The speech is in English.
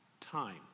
time